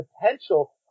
potential